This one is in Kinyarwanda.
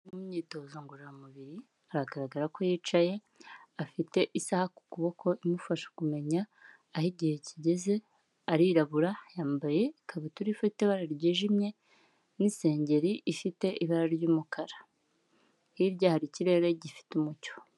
Mu myitozo ngororamubiri biragaragara ko yicaye afite isaha ku kuboko, imufasha kumenya aho igihe kigeze. Arirabura yambaye ikabutura ifite ibara ryijimye n'isengeri ifite ibara ry'umukara. Hirya hari ikirere gifite umucyo.